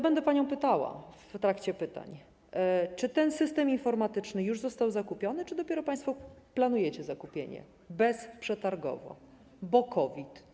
Będę panią pytała w trakcie zadawania pytań, czy ten system informatyczny już został zakupiony, czy dopiero państwo planujecie zakupienie, bezprzetargowo, bo COVID.